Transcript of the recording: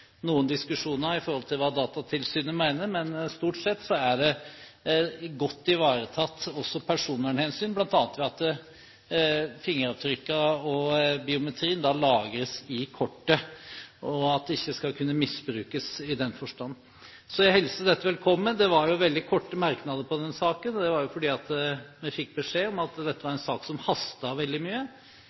noen diskusjoner om hva Datatilsynet mener, men stort sett er dette godt ivaretatt – også personvernhensyn – bl.a. ved at fingeravtrykkene og biometrien lagres i kortet. I den forstand skal det ikke kunne misbrukes. Så jeg hilser dette velkommen. Det var jo veldig korte merknader til denne saken. Det var fordi vi fikk beskjed om at dette var en sak som hastet veldig.